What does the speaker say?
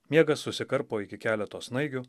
miegas susikarpo iki keleto snaigių